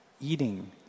Eating